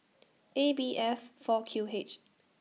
A B F four Q H